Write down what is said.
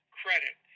credit